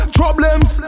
problems